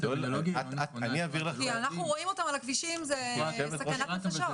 אני אעביר לך --- אנחנו רואים אותם על הכבישים זו סכנת נפשות.